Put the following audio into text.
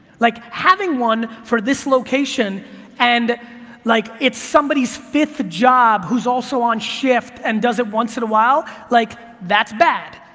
like, having one, for this location and like it's somebody's fifth job who's also on shift and does it once in a while, like that's bad.